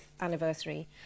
anniversary